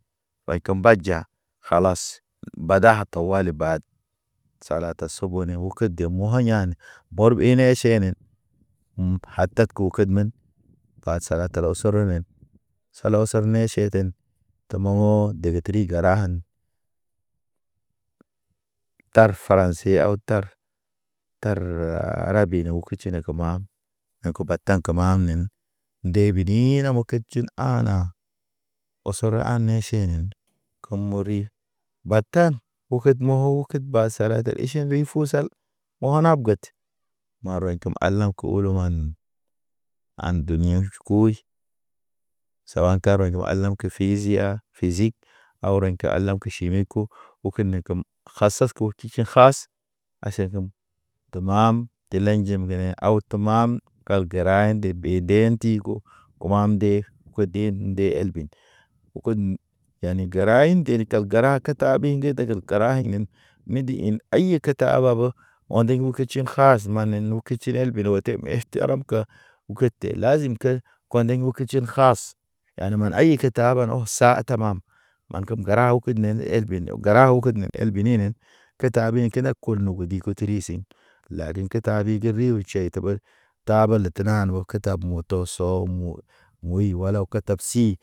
Baykem mbaja kalas bada tawali bad salata subo ne oket ked de mɔyane ɔrɓi ne ʃenen. Hum, hatak o kedmən pa sala osoronen. Sala o sa ne ʃeten, tə mɔŋɔ dege tri gəra an. Tar franse aw tar, taar arabi ne o ke tʃine ke ma. Ne ko batan ke mamnen nde be ndii na kab tʃun ana, ɔsɔrɔ anen ʃinen, kemori. Batan o ked mo how ked ba sara de eʃen ri fu sal. Ho̰ a nab ged, marwaɲ kem ala̰ ko olo man. An de nieʃ koʃ, sawaka rɔy ke alam ke fizi a fizik. A rɔɲ ke alam ke ʃimi ko, hoko ne kem hasas ko tʃi tʃi has. Aʃekem te mam, di lay jim ŋgene aw to mam gal gəra ḛnde be den ti ko. Kumam de ko de el nde elbin, okodun. Yani gəra in nderi gal gəra ked, ke ta bi nded gal gəra min, mindi in ayi ke tahabe. O̰ de u ke tʃin ha, kaz manen u ke tʃin el bene ote. Te meʃ teram ka ug te lazim ke, kɔndḛŋ uk tʃin has. Yani man ayi ke tahaban o sa tamam, man kem gəraw kud nen elbi ndɔm. De gəraw ukud nen elbini nen, ke ta ɓe kenek kul nugudi kotiri sin. Lari ŋgetaɓe ge riw tebe, taɓe le tena o ketab moto sɔ mo. Muyi wala katap si.